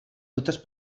totes